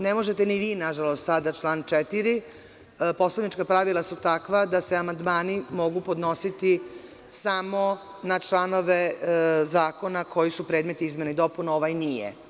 Ne možete ni vi, nažalost, sada član 4. Poslanička pravila su takva da se amandmani mogu podnositi samo na članove zakona koji su predmet izmena i dopuna, ovaj nije.